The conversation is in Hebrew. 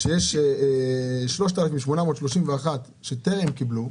שיש 3,831 שטרם קיבלו,